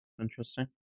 Interesting